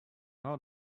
out